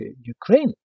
Ukraine